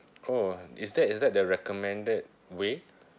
oh is that is that the recommended way